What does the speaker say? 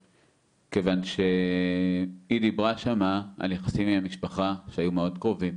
כיוון שהיא דיברה שם על יחסים עם משפחה שהיו מאוד קרובים.